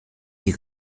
die